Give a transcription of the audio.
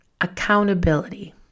accountability